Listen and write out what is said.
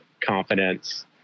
confidence